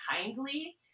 kindly